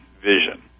Vision